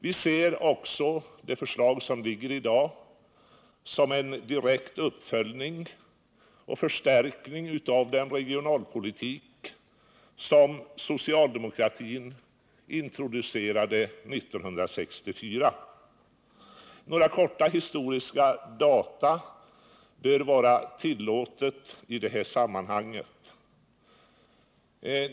Vi ser också det förslag som ligger i dag som en direkt uppföljning och förstärkning av den regionalpolitik som socialdemokratin introducerade 1964. Några korta historiska data bör vara tillåtna i sammanhanget.